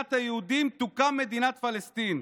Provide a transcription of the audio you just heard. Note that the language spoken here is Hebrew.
מדינת היהודים תוקם מדינת פלסטין.